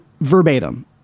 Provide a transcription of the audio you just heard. verbatim